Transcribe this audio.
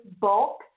bulk